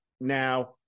Now